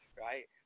Right